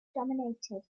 dominated